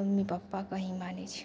mummy पापाके ही मानै छियै